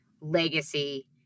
legacy